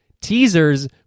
teasers